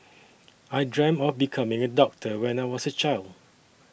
I dreamt of becoming a doctor when I was a child